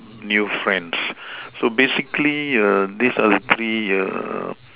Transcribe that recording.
new friends so basically err this are the three err